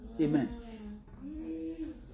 Amen